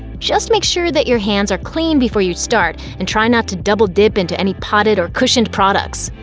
just make sure that your hands are clean before you start and try not to double-dip into any potted or cushioned products.